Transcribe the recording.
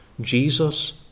Jesus